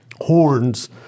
horns